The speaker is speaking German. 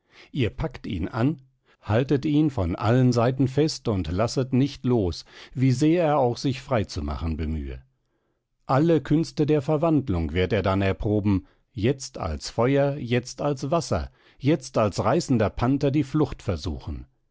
ihr packt ihn an haltet ihn von allen seiten fest und lasset nicht los wie sehr er auch sich frei zu machen bemühe alle künste der verwandlung wird er dann erproben jetzt als feuer jetzt als wasser jetzt als reißender panther die flucht versuchen